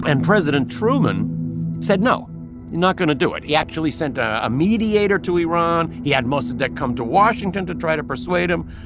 and president truman said, no not going to do it. he actually sent a mediator to iran. he had mossadegh come to washington to try to persuade him.